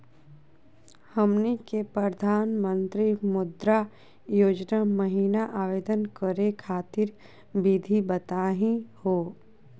हमनी के प्रधानमंत्री मुद्रा योजना महिना आवेदन करे खातीर विधि बताही हो?